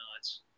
nuts